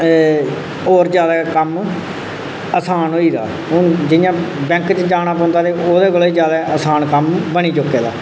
होर ज्यादा कम्म आसान होई दा हून जि'यां बैंंक च जाना पौंदा ते ओह्दे कोला ज्यादा आसान कम्म बनी चुके दा ऐ